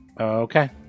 Okay